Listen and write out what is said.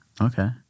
Okay